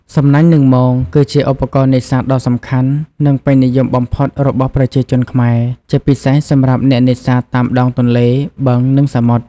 សំណាញ់ និង មង គឺជាឧបករណ៍នេសាទដ៏សំខាន់ និងពេញនិយមបំផុតរបស់ប្រជាជនខ្មែរ ជាពិសេសសម្រាប់អ្នកនេសាទតាមដងទន្លេ បឹង និងសមុទ្រ។